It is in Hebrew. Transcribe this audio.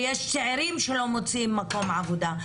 ויש צעירים שלא מוצאים מקום עבודה,